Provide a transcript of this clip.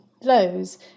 lows